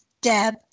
Deb